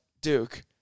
Duke